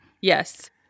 Yes